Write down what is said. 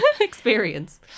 Experience